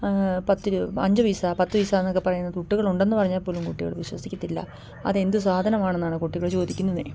പത്ത് രൂ അഞ്ച് പൈസാ പത്ത് പൈസയെന്നൊക്കെ പറയുന്ന തുട്ടുകളുണ്ടെന്നു പറഞ്ഞാൽ പോലും കുട്ടികൾ വിശ്വസിക്കത്തില്ല അത് എന്തു സാധനമാണെന്നാണ് കുട്ടികൾ ചോദിക്കുന്നത്